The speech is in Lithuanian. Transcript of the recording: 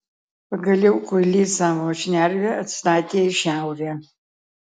pagaliau kuilys savo šnervę atstatė į šiaurę